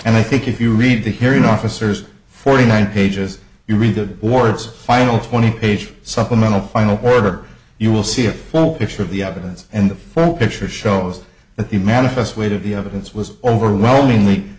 and i think if you read the hearing officers forty nine pages you read the wards final twenty page supplemental final order you will see a well picture of the evidence and the first picture shows that the manifest weight of the evidence was overwhelmingly